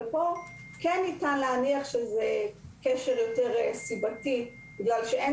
אבל כאן כן ניתן להניח שזה כשל יותר סיבתי כי אין